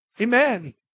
Amen